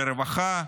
לרווחה,